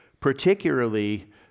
particularly